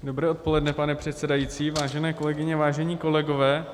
Dobré odpoledne, pane předsedající, vážené kolegyně, vážení kolegové.